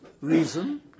reason